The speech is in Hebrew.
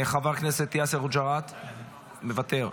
חבר הכנסת יאסר חוג'יראת, מוותר.